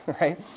right